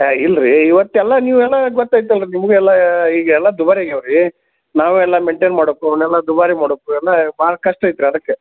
ಅಯ್ಯೋ ಇಲ್ರೀ ಇವತ್ತೆಲ್ಲ ನೀವೆಲ್ಲ ಗೊತ್ತೈತೆ ಅಲ್ರಿ ನಿಮ್ಗೂ ಎಲ್ಲ ಈಗ ಎಲ್ಲ ದುಬಾರಿ ಆಗಿವೆ ರಿ ನಾವೆಲ್ಲ ಮೇನ್ಟೇನ್ ಮಾಡೋಕ್ಕು ಅವನ್ನೆಲ್ಲ ದುಬಾರಿ ಮಾಡೋಕ್ಕು ಎಲ್ಲ ಭಾಳ ಕಷ್ಟ ಐತ್ರಿ ಅದಕ್ಕೆ